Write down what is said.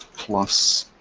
plus